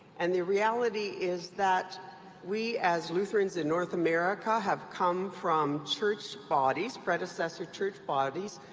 and the reality is that we, as lutherans in north america, have come from church bodies, predecessor church bodies,